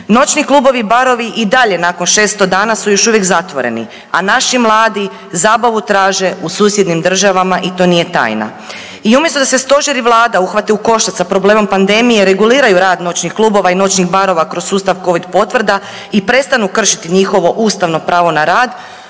Noćni klubovi i barovi i dalje nakon 600 dana su još uvijek zatvoreni, a naši mladi zabavu traže u susjednim državama i to nije tajna. I umjesto da se stožer i vlada uhvate u koštac sa problemom pandemije, reguliraju rad noćnih klubova i noćnih barova kroz sustav covid potvrda i prestanu kršiti njihovo ustavno pravo na rad